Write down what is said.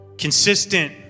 consistent